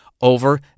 over